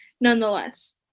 nonetheless